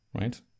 Right